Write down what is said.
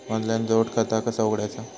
Online जोड खाता कसा उघडायचा?